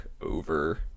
over